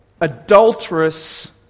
adulterous